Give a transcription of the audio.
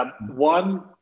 one